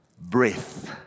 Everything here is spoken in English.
Breath